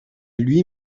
lui